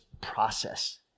process